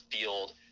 field